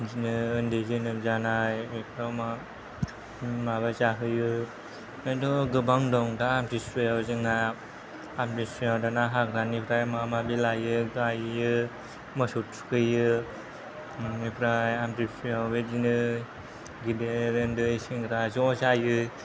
बिदिनो ओन्दै जोनोम जानाय बेफोराव मा माबा जायो किन्तु गोबां दं दा आम्तिसुवायाव जोंना आम्तिसुवायाव दाना हाग्रानिफ्राय माबा माबि लायो गायो मोसौ थुखै हैयो बेनिफ्राय आम्तिसुवायाव बेदिनो गिदिर ओन्दै सेंग्रा ज' जायो